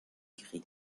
gris